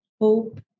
Hope